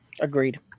Agreed